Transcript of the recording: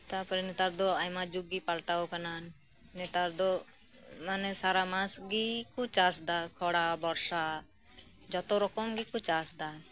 ᱛᱟᱯᱚᱨᱮ ᱧᱮᱛᱟᱨ ᱫᱚ ᱟᱭᱢᱟ ᱡᱩᱜᱜᱤ ᱯᱟᱞᱴᱟᱣ ᱟᱠᱟᱱᱟ ᱧᱮᱛᱟᱨ ᱫᱚ ᱢᱟᱱᱮ ᱥᱟᱨᱟ ᱢᱟᱥᱜᱤᱠᱩ ᱪᱟᱥᱫᱟ ᱠᱷᱚᱨᱟ ᱵᱚᱨᱥᱟ ᱡᱚᱛᱚᱨᱚᱠᱚᱢ ᱜᱮᱠᱩ ᱪᱟᱥᱫᱟ